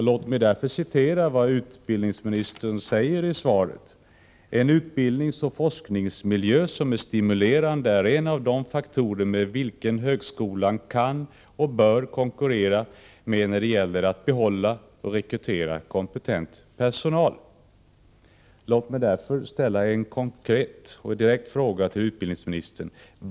Låt mig citera vad utbildningsministern säger i svaret: ”En utbildningsoch forskningsmiljö som är stimulerande är en av de faktorer med vilka högskolan kan och bör konkurrera när det gäller att behålla och rekrytera kompetent personal.” Jag vill med anledning av det uttalandet ställa en direkt fråga till utbildningsministern.